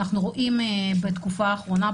אנחנו רואים בתקופה האחרונה,